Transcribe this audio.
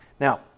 Now